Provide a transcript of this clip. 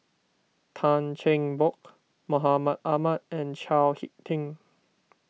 Tan Cheng Bock Mahmud Ahmad and Chao Hick Tin